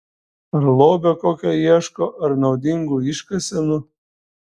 ar lobio kokio ieško ar naudingų iškasenų